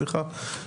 סליחה.